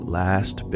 last